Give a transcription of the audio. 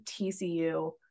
TCU